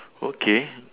okay